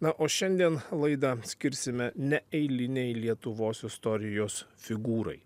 na o šiandien laidą skirsime neeilinei lietuvos istorijos figūrai